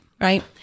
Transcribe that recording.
right